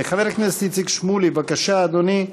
חבר הכנסת איציק שמולי, בבקשה, אדוני.